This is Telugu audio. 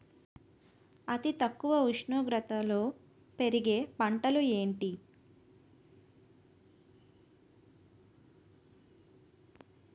అతి తక్కువ ఉష్ణోగ్రతలో పెరిగే పంటలు ఏంటి?